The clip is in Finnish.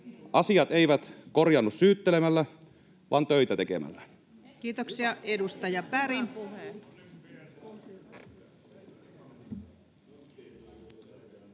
Asiat eivät korjaannu syyttelemällä, vaan töitä tekemällä. Kiitoksia.